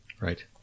right